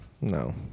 No